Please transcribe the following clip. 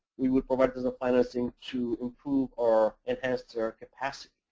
we would provide this, the financing, to improve or enhance their capacity.